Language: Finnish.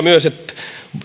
myös hienoa että